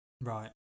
Right